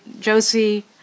Josie